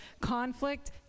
Conflict